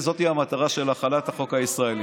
לכן זאת היא המטרה של החלת החוק הישראלי.